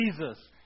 Jesus